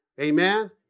Amen